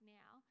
now